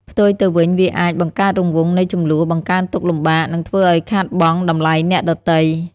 ផ្ទុយទៅវិញ វាអាច បង្កើតរង្វង់នៃជម្លោះ បង្កើនទុក្ខលំបាក និងធ្វើឲ្យខាតបង់តម្លៃអ្នកដទៃ។